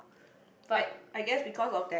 but